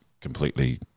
completely